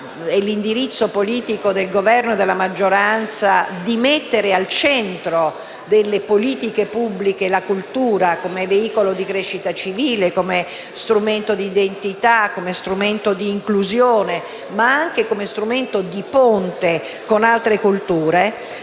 e l'indirizzo politico del Governo e della maggioranza di mettere al centro delle politiche pubbliche la cultura come veicolo di crescita civile, d'identità e di inclusione, ma anche di ponte con altre culture.